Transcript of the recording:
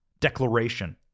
declaration